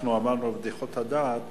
אנחנו אמרנו בבדיחות הדעת